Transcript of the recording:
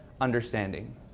understanding